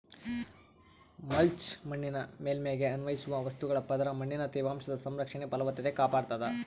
mulch ಮಣ್ಣಿನ ಮೇಲ್ಮೈಗೆ ಅನ್ವಯಿಸುವ ವಸ್ತುಗಳ ಪದರ ಮಣ್ಣಿನ ತೇವಾಂಶದ ಸಂರಕ್ಷಣೆ ಫಲವತ್ತತೆ ಕಾಪಾಡ್ತಾದ